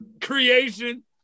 creation